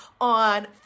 on